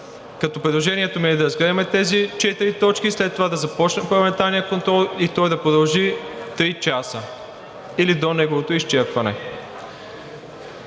Като предложението ми е да разгледаме тези четири точки, след това да започнем парламентарния контрол и той да продължи три часа или до неговото изчерпване.